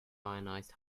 ionized